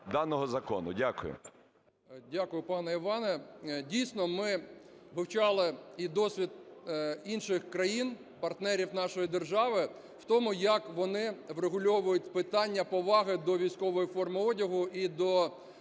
Дякую пане Іване. Дійсно ми вивчали і досвід інших країн-партнерів нашої держави в тому, як вони врегульовують питання поваги до військової форми одягу і до